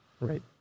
Right